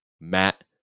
Matt